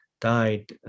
died